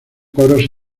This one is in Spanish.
coros